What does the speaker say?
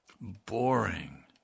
boring